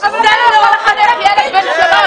------ אתה לא יכול לחנך ילד בן שלוש,